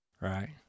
right